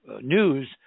news